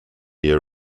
year